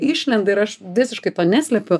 išlenda ir aš visiškai to neslepiu